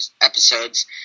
episodes